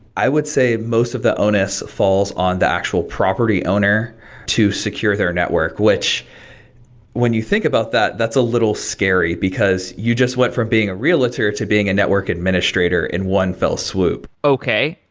i would say most of the onus falls on the actual property owner to secure their network, which when you think about that, that's a little scary, because you just went from being a realtor to being a network administrator in one fell swoop okay.